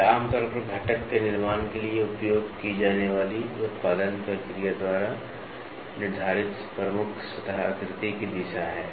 यह आमतौर पर घटक के निर्माण के लिए उपयोग की जाने वाली उत्पादन प्रक्रिया द्वारा निर्धारित प्रमुख सतह आकृति की दिशा है